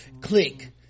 click